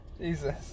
Jesus